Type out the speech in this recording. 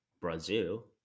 Brazil